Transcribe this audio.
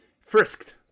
frisked